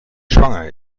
schwanger